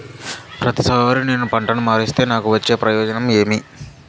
ప్రతిసారి నేను పంటను మారిస్తే నాకు వచ్చే ప్రయోజనం ఏమి?